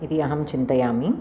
इति अहं चिन्तयामि